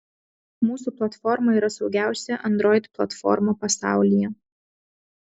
mūsų platforma yra saugiausia android platforma pasaulyje